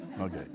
Okay